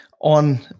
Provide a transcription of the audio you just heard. on